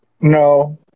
No